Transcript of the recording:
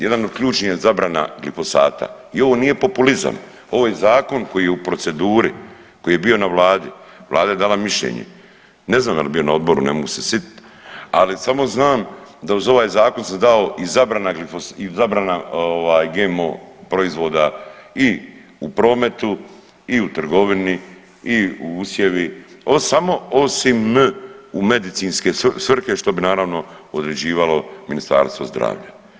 Jedan od ključnih je zabrana glifosata i ovo nije populizam, ovo je zakon koji je u proceduri koji je bio na vladi i vlada je dala mišljenje, ne znam je li bio na odboru, ne mogu se sitit, ali samo znam da uz ovaj zakon se dao i zabrana ovaj GMO proizvoda i u prometu i u trgovini i usjevi, samo osim u medicinske svrhe što bi naravno određivalo Ministarstvo zdravlja.